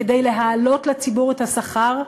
כדי להעלות לציבור את השכר?